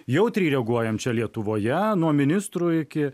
jautriai reaguojam čia lietuvoje nuo ministrų iki